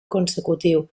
consecutiu